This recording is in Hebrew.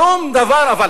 שום דבר, אבל